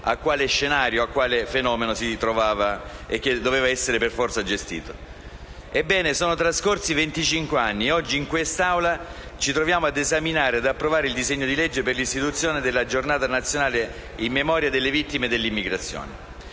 a quale scenario e a quale fenomeno si trovavano, che dovevano essere per forza gestiti. Sono trascorsi venticinque anni e oggi, in quest'Aula, ci troviamo ad esaminare e ad approvare il disegno di legge per l'istituzione della Giornata nazionale in memoria delle vittime dell'immigrazione.